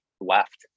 left